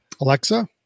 Alexa